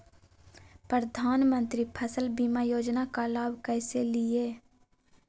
प्रधानमंत्री फसल बीमा योजना का लाभ कैसे लिये?